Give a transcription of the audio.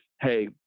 hey